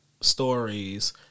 stories